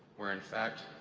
where, in fact,